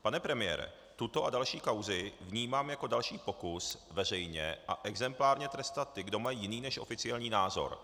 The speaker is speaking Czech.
Pane premiére, tuto a další kauzy vnímám jako další pokus veřejně a exemplárně trestat ty, kdo mají jiný než oficiální názor.